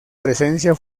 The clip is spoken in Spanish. presencia